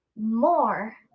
more